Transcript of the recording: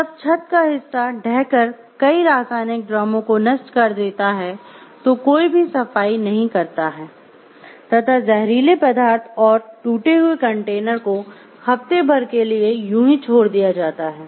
जब छत का हिस्सा ढह कर कई रासायनिक ड्रमों को नष्ट कर देता है तो कोई भी सफाई नहीं करता है तथा जहरीले पदार्थ और टूटे हुए कंटेनर को हफ़्ते भर के लिए यूं ही छोड़ दिया जाता है